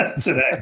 today